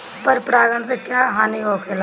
पर परागण से क्या हानि होईला?